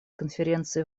конференции